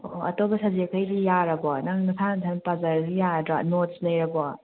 ꯑꯣ ꯑꯇꯣꯞꯄ ꯁꯕꯖꯦꯛꯈꯩꯗꯤ ꯌꯥꯔꯕꯣ ꯅꯪ ꯅꯁꯥ ꯅꯊꯟ ꯄꯥꯖꯔꯗꯤ ꯌꯥꯔꯗ꯭ꯔꯣ ꯅꯣꯠꯁ ꯂꯩꯔꯕꯣ